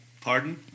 Pardon